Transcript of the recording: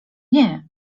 nie